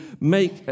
make